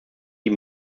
die